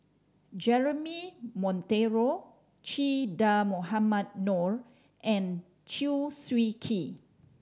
Jeremy Monteiro Che Dah Mohamed Noor and Chew Swee Kee